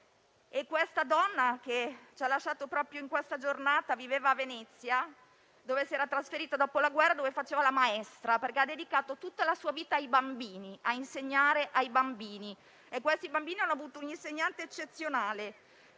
Questa donna che ci ha lasciato proprio in questa giornata viveva a Venezia, dove si era trasferita dopo la guerra e dove faceva la maestra, avendo dedicato tutta la sua vita a insegnare ai bambini, che hanno avuto un'insegnante eccezionale.